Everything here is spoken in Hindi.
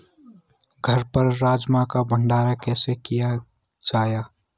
घर पर राजमा का भण्डारण कैसे किया जाय?